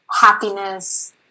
happiness